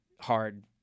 hard